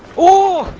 o